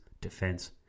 defense